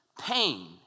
pain